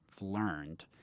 learned